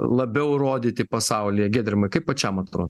labiau rodyti pasaulyje giedrimai kaip pačiam atrod